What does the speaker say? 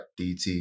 DT